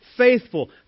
faithful